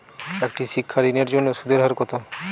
একটি শিক্ষা ঋণের জন্য সুদের হার কত?